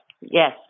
Yes